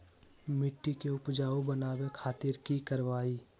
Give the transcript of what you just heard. मिट्टी के उपजाऊ बनावे खातिर की करवाई?